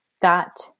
dot